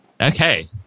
Okay